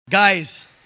Guys